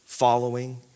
following